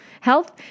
health